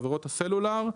חברות הסלולר,